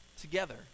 together